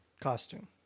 costume